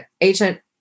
agent